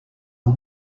are